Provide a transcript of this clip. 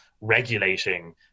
regulating